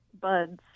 buds